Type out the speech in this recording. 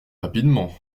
rapidement